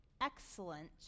excellent